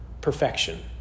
perfection